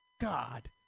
god